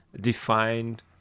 defined